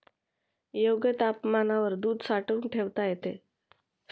योग्य तापमानावर दूध साठवून ठेवता येते